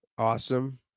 Awesome